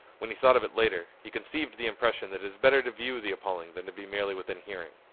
when he thought of it later, he conceived the impression that it is better to view the appalling than to be merely within hearing.